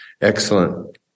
excellent